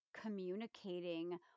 communicating